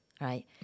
right